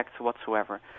whatsoever